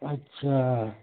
اچھا